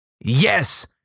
Yes